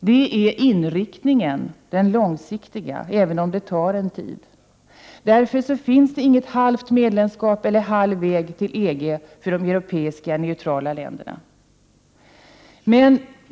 Det är den långsiktiga inriktningen även om det tar sin tid. Därför finns det inget halvt medlemskap eller en halv väg till EG för de neutrala europeiska länderna.